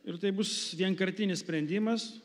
ir tai bus vienkartinis sprendimas